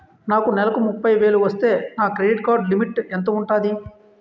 నాకు నెలకు ముప్పై వేలు వస్తే నా క్రెడిట్ కార్డ్ లిమిట్ ఎంత ఉంటాది?